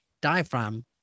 diaphragm